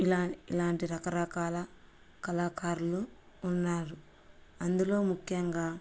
ఇలా ఇలాంటి రకరకాల కళాకారులు ఉన్నారు అందులో ముఖ్యంగా